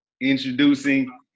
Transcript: Introducing